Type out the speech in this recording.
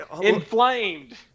inflamed